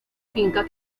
finca